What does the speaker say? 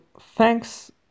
thanks